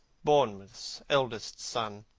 bournemouth's eldest son.